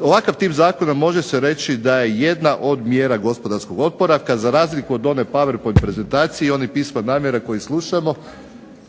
ovakav tip zakona može se reći da je jedna od mjera gospodarskog oporavka za razliku od one powerpoint prezentacije i onih pisma namjere koje slušamo